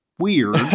Weird